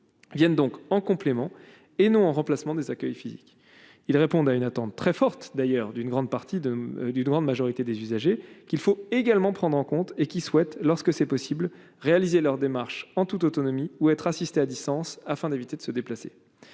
proposés donc en complément et non au remplacement des accueils physiques, ils répondent à une attente très forte d'ailleurs d'une grande partie de du droit, en majorité des usagers qu'il faut également prendre en compte et qui souhaitent lorsque c'est possible, réaliser leur démarche en toute autonomie ou être assisté à distance afin d'éviter de se déplacer,